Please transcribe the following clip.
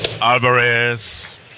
alvarez